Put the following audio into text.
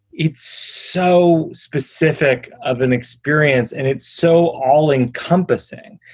it's so specific of an experience and it's so all encompassing.